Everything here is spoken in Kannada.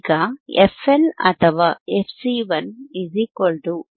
ಈಗ fL ಅಥವಾ fC1 1 2πR1C2